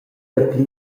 dapli